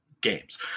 games